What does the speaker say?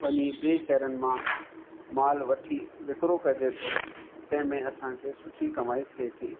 वञी ॿिए शहरनि मां माल वठी विकिड़ो कजे थो तें में असांखे सुठी कमाई थिए थी